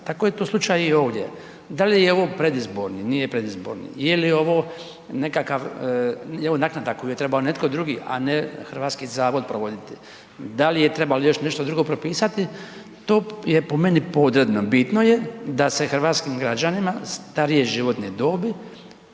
Tako je to slučaj i ovdje, da li je ovo predizborni, nije predizborni, je li ovo nekakav, je li ovo naknada koju je trebao netko drugi a ne hrvatski zavod provoditi, da li je trebalo još nešto drugo propisati to je po meni podredno. Bitno je da se hrvatskim građanima starije životne dobi